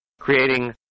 creating